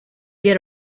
get